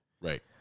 Right